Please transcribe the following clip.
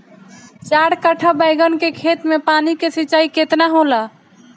चार कट्ठा बैंगन के खेत में पानी के सिंचाई केतना होला?